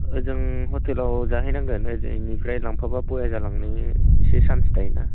ओजों ह'टेलाव जाहैनांगोन ओजोंनिफ्राय लांफाबा बया जालांनायनि एसे चान्स थायो ना